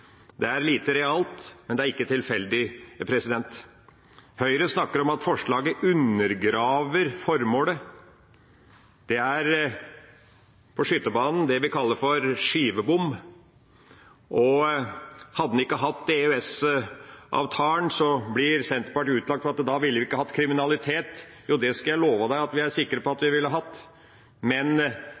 Det er lite realt, men det er ikke tilfeldig. Høyre snakker om at forslaget undergraver formålet. Det er på skytebanen det vi kaller for skivebom. Hadde en ikke hatt EØS-avtalen, ville en ikke hatt kriminalitet, blir det utlagt som at Senterpartiet mener. Jo, det skal jeg love deg at det er vi sikre på at vi ville hatt, men